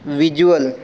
visual